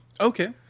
Okay